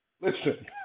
listen